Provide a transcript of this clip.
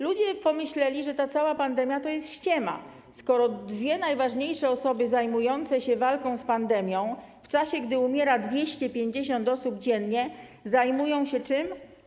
Ludzie pomyśleli, że ta cała pandemia to jest ściema, skoro dwie najważniejsze osoby zajmujące się walką z pandemią w czasie, gdy umiera 250 osób dziennie, zajmują się czym?